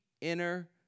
inner